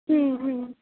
হুম হুম